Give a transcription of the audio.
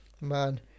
Man